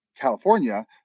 California